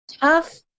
tough